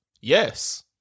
Yes